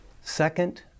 Second